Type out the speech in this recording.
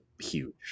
Huge